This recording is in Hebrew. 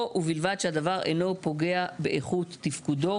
"ובלבד שהדבר אינו פוגע באיכות תפקודו".